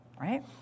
right